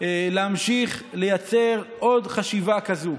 להמשיך לייצר עוד חשיבה כזו.